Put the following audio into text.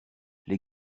les